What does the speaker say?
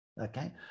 okay